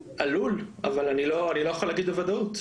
עלול, אבל אני לא יכול להגיד בוודאות.